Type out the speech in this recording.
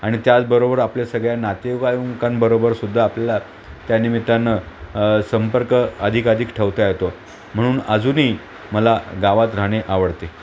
आणि त्याचबरोबर आपल्या सगळ्या नातेवाईकांबरोबरसुद्धा आपल्या त्यानिमित्तानं संपर्क अधिकाधिक ठेवता येतो म्हणून अजूनही मला गावात राहणे आवडते